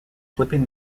clipping